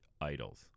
idols